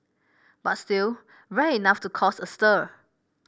but still rare enough to cause a stir